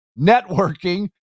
networking